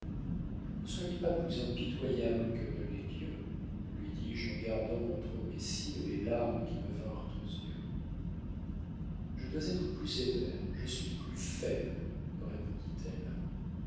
ne soyez pas plus impitoyable que ne l'est dieu lui dis-je en gardant entre mes cils les larmes qui me vinrent aux yeux je dois être plus sévère je suis plus faible répondit-elle